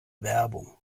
werbung